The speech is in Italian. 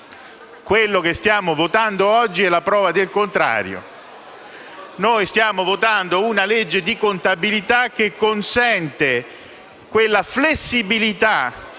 Ciò che stiamo votando oggi è la prova del contrario: stiamo votando una legge di contabilità che consente quella flessibilità,